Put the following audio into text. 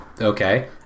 okay